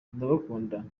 ndabakunda